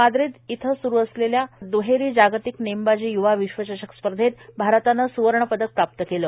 Madrid इथं सुरू असलेल्या दुहेरी जागतिक नेमबाजी यूवा विश्वचषक स्पर्धेत आरतानं सुवर्ण पदक प्राप्त केलं